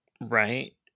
Right